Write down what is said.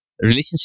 relationship